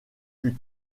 plus